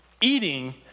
Eating